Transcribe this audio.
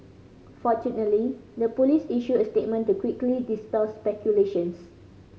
fortunately the police issued a statement to quickly dispel speculations